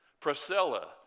Priscilla